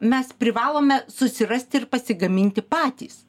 mes privalome susirasti ir pasigaminti patys